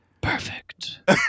Perfect